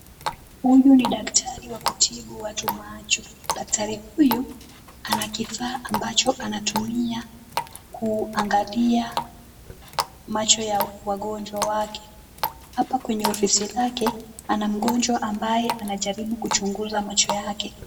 Huyu ni daktari wa kutibu watu macho. Daktari huyu ana kifaa ambacho anatumia kuangalia macho ya wagonjwa wake. Hapa kwenye ofisi lake ana mgonjwa ambaye anajaribu kuchunguza macho yake.